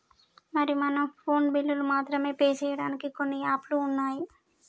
మరి మనం ఫోన్ బిల్లులు మాత్రమే పే చేయడానికి కొన్ని యాప్లు ఉన్నాయి